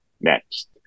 next